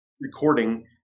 recording